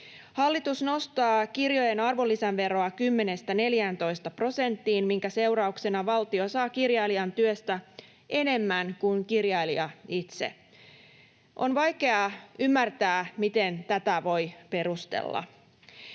Hallitus nostaa kirjojen arvonlisäveroa 10 prosentista 14 prosenttiin, minkä seurauksena valtio saa kirjailijan työstä enemmän kuin kirjailija itse. On vaikea ymmärtää, miten tätä voi perustella.